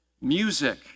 music